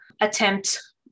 attempt